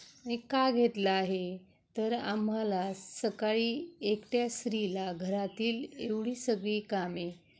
नी का घेतलं आहे तर आम्हाला सकाळी एकट्या स्त्रीला घरातील एवढी सगळी कामे